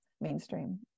mainstream